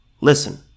Listen